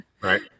right